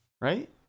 right